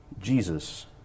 Jesus